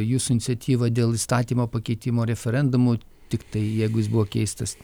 jūsų iniciatyva dėl įstatymo pakeitimo referendumu tiktai jeigu jis buvo keistas